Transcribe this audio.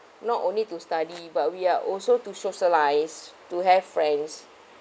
not only to study but we are also to socialize to have friends